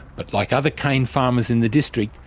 but like other cane farmers in the district,